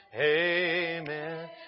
Amen